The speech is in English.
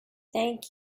thank